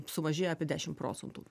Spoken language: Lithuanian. sumažėja apie dešimt procentų